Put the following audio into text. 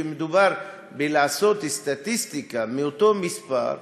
כשמדובר בעריכת סטטיסטיקה מאותו מספר,